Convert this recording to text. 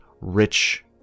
rich